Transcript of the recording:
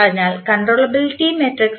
അതിനാൽ controllability matrix